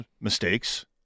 mistakes